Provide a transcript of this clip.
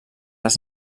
les